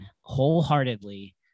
wholeheartedly